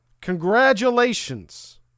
Congratulations